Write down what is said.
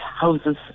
houses